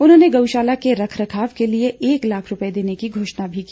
उन्होंने गौशाला के रख रखाव के लिए एक लाख रुपए देने की घोषणा भी की